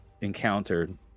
encountered